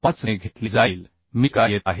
5 ने घेतली जाईल मी का येत आहे